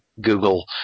Google